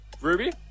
Ruby